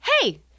hey